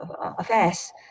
affairs